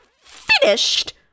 finished